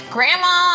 Grandma